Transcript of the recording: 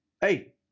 hey